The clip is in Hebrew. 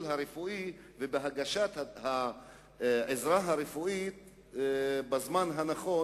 הרפואי ובהגשת העזרה הרפואית בזמן הנכון.